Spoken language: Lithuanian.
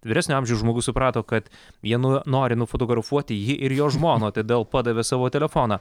vyresnio amžiaus žmogus suprato kad jie no nori nufotografuoti jį ir jo žmoną todėl padavė savo telefoną